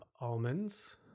Almonds